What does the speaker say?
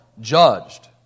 judged